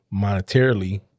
monetarily